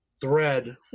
thread